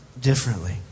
differently